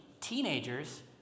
teenagers